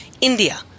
India